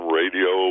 radio